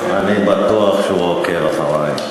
אני בטוח שהוא עוקב אחרי.